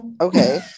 Okay